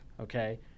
okay